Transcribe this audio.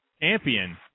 champion